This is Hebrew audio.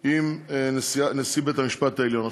עם נשיא בית-המשפט העליון.